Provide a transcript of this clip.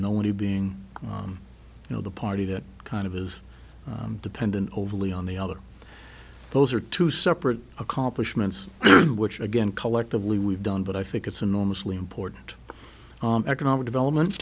money being you know the party that kind of is dependent overly on the other those are two separate accomplishments which again collectively we've done but i think it's enormously important economic development